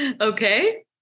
Okay